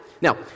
Now